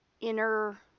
inner